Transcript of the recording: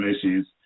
issues